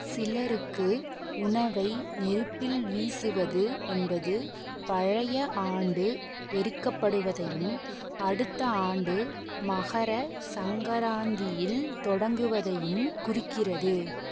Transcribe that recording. சிலருக்கு உணவை நெருப்பில் வீசுவது என்பது பழைய ஆண்டு எரிக்கப்படுவதையும் அடுத்த ஆண்டு மகர சங்கராந்தியில் தொடங்குவதையும் குறிக்கிறது